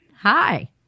Hi